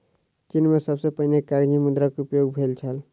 चीन में सबसे पहिने कागज़ी मुद्रा के उपयोग भेल छल